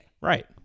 right